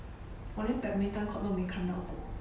我连 badminton court 都没看到过